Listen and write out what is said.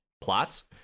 plots